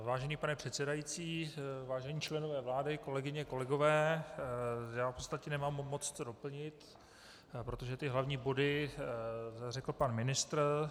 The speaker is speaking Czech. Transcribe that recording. Vážený pane předsedající, vážení členové vlády, kolegyně, kolegové, já v podstatě nemám moc co doplnit, protože ty hlavní body řekl pan ministr.